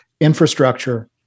infrastructure